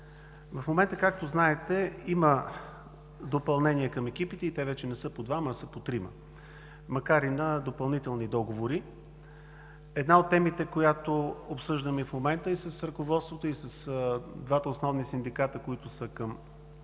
В момента, както знаете, има допълнение към екипите – те вече не са по двама, а са по трима, макар и на допълнителни договори. Една от темите, която обсъждаме в момента с ръководството и с двата основни синдиката към самата